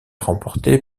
remportée